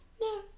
No